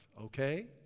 Okay